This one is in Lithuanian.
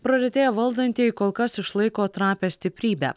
praretėję valdantieji kol kas išlaiko trapią stiprybę